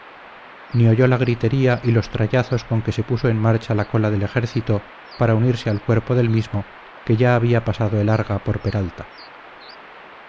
ni oyó la gritería y los trallazos con que se puso en marcha la cola del ejército para unirse al cuerpo del mismo que ya había pasado el arga por peralta